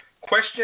Question